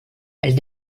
elle